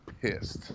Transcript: pissed